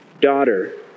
Daughter